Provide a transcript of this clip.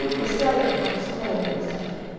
the cell at once cold and stuffy.